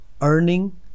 earning